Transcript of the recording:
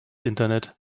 internet